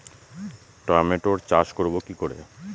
টমেটোর চাষ করব কি করে?